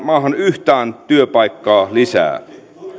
maahan yhtään työpaikkaa lisää